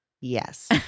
yes